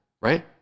right